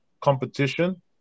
competition